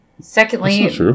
Secondly